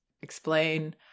explain